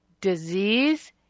Disease